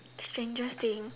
strangest thing